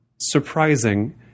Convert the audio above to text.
surprising